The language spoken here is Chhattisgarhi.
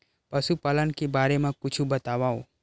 पशुपालन के बारे मा कुछु बतावव?